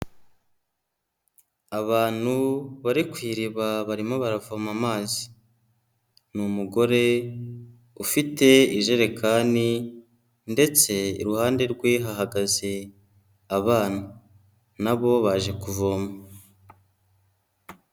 Abantu bari ku iriba barimo baravoma amazi, ni umugore ufite ijerekani ndetse iruhande rwe hahagaze abana na bo baje kuvoma.